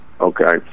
okay